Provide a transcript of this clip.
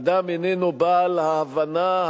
אדם איננו בעל ההבנה,